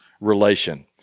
relation